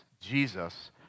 Jesus